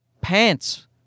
pants